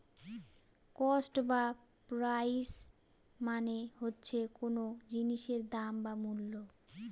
cost বা price মানে হচ্ছে কোন জিনিসের দাম বা মূল্য